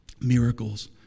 miracles